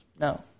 No